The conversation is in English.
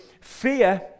Fear